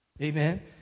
Amen